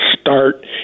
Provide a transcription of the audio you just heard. start